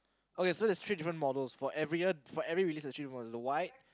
okay so there's three different model for every year for every release there are three different model the white